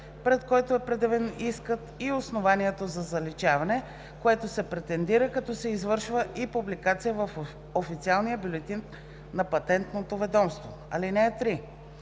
пред който е предявен искът и основанието за заличаване, което се претендира, като се извършва и публикация в Официалния бюлетин на Патентно ведомство. (3)